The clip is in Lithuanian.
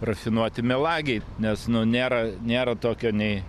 rafinuoti melagiai nes nu nėra nėra tokio nei